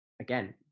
again